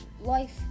life